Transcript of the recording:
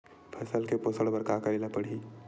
फसल के पोषण बर का करेला पढ़ही?